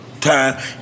time